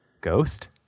Ghost